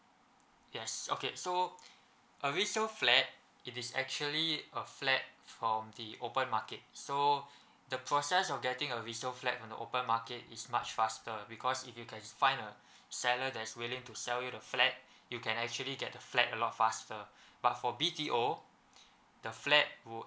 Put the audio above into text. yes okay so a resale flat it is actually a flat from the open market so the process of getting a resale flat on the open market is much faster because if you can find a seller that's willing to sell you the flat you can actually get the flat a lot faster but for B_T_O the flat would